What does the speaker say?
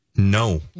No